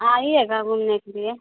आइएगा घूमने के लिए